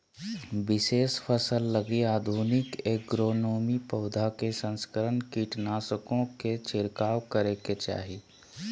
विशेष फसल लगी आधुनिक एग्रोनोमी, पौधों में संकरण, कीटनाशकों के छिरकाव करेके चाही